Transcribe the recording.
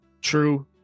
true